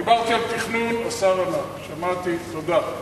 דיברתי על תכנון, השר ענה, שמעתי, תודה.